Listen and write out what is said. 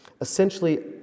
Essentially